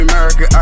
America